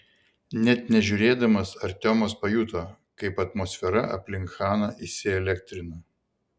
net nežiūrėdamas artiomas pajuto kaip atmosfera aplink chaną įsielektrina